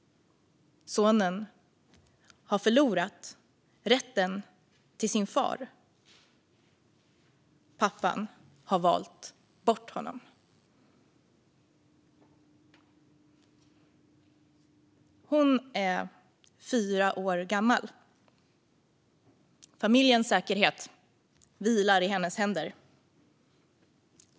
Sonen har förlorat rätten till sin far. Pappan har valt bort honom. Hon är fyra år gammal. Familjens säkerhet vilar i hennes händer.